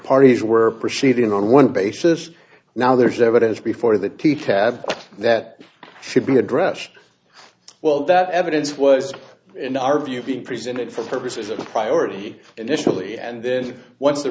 parties were proceeding on one basis now there's evidence before the key tab that should be addressed well that evidence was in our view being presented for purposes of the priority initially and then once the